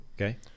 okay